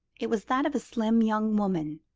it was that of a slim young woman,